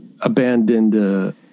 Abandoned